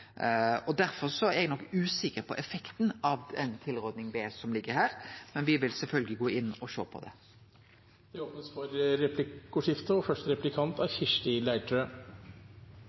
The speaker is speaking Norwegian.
er eg nok usikker på effekten av tilrådingas punkt B som ligg her, men me vil sjølvsagt gå inn og sjå på det. Det blir replikkordskifte.